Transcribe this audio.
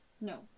no